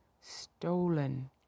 stolen